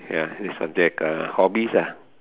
ya is something like a hobbies lah